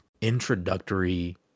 introductory